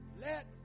Let